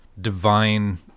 divine